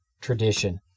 tradition